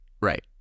Right